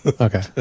Okay